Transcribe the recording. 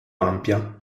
ampia